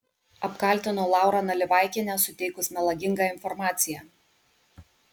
apkaltino laurą nalivaikienę suteikus melagingą informaciją